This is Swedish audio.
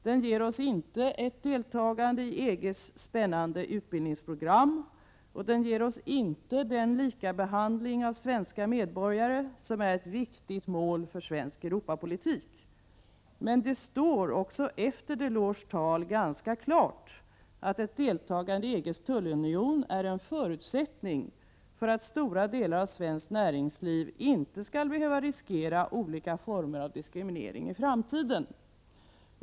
Den ger oss inte ett deltagande i EG:s spännande utbildningsprogram, och den ger oss inte den likabehandling av svenska medborgare som är ett viktigt mål för svensk Europapolitik. Men det står, också efter Delors tal, ganska klart att ett deltagande i EG:s tullunion är en förutsättning för att stora delar av svenskt näringsliv inte skall behöva riskera olika former av diskriminering i framtiden.